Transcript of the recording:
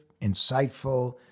insightful